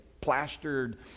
plastered